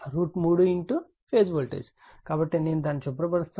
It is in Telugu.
కాబట్టి నేను దానిని శుభ్ర పరుస్తాను